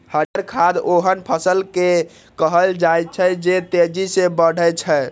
हरियर खाद ओहन फसल कें कहल जाइ छै, जे तेजी सं बढ़ै छै